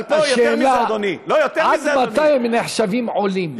אבל השאלה, עד מתי הם נחשבים עולים?